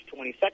22nd